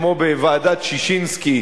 כמו בוועדת-ששינסקי,